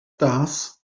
stars